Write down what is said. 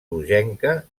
rogenca